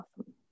awesome